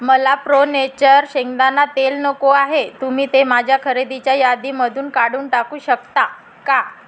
मला pro nature शेंगदाणा तेल नको आहे तुम्ही ते माझ्या खरेदीच्या यादीमधून काढून टाकू शकता का